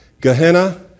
Gehenna